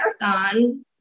marathon